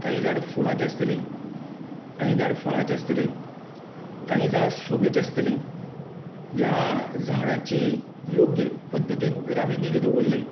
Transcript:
कांय झाडां फुलांची आसतली कांय झाडां फळांची आसतली कांय झाडां शोभेचीं आसतली ह्या झाडांची योग्य पद्दतीन जर आमी नीगा दवरली